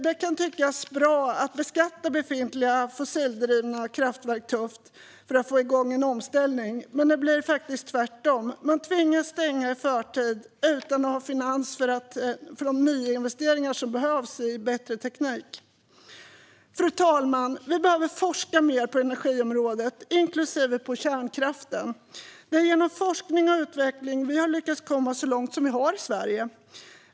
Det kan tyckas bra att beskatta befintliga fossildrivna kraftverk tufft för att få igång en omställning, men det blir faktiskt tvärtom: Man tvingas stänga i förtid utan att ha finansiering för de nyinvesteringar som behövs i bättre teknik. Fru talman! Vi behöver forska mer på energiområdet, inklusive kärnkraftsområdet. Det är genom forskning och utveckling vi har lyckats komma så långt som vi har i Sverige.